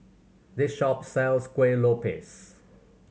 this shop sells Kueh Lopes